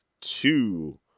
two